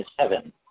seven